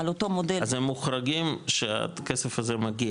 על אותו מודל --- אז הם מוחרגים שהכסף הזה מגיע?